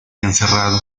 encerrado